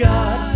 God